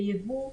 לייבוא,